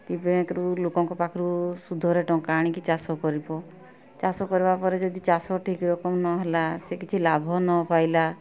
ବ୍ୟାଙ୍କ୍ରୁ ଲୋକଙ୍କ ପାଖରୁ ସୁଧରେ ଟଙ୍କା ଆଣିକି ଚାଷ କରିବ ଚାଷ କରିବାପରେ ଯଦି ଚାଷ ଠିକରକମ ନହେଲା ସେ କିଛି ଲାଭ ନପାଇଲା